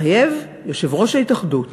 התחייב יושב-ראש ההתאחדות